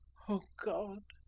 o god!